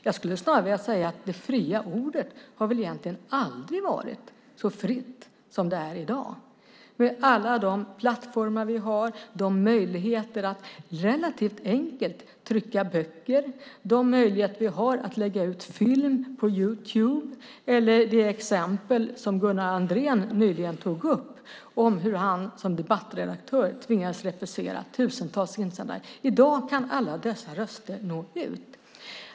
Jag skulle snarare vilja säga att det fria ordet aldrig har varit så fritt som det är i dag, med alla de plattformar vi har, möjligheterna att relativt enkelt trycka böcker och möjligheterna att lägga ut film på Youtube. Gunnar Andrén tog upp exemplet hur han som debattredaktör tvingades refusera tusentals insändare, och i dag kan alla dessa röster nå ut.